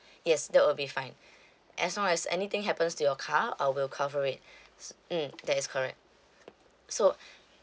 yes that will be fine as long as anything happens to your car I will cover it s~ mmhmm that is correct so